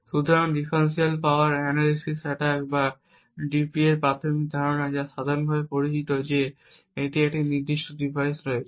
সুতরাং differential power analysis attack বা ডিপিএর প্রাথমিক ধারণা যা সাধারণভাবে পরিচিত যে আমাদের এখানে একটি নির্দিষ্ট ডিভাইস রয়েছে